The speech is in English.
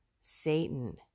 Satan